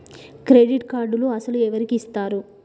Credit కార్డులు అసలు ఎవరికి ఇస్తారు?